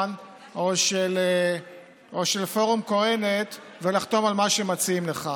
או של פורום קהלת ולחתום על מה שמציעים לך.